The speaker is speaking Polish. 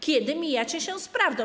Kiedy mijacie się z prawdą?